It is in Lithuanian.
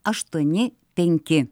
aštuoni penki